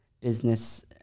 business